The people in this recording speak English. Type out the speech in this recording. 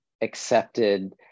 accepted